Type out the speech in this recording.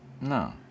No